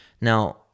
now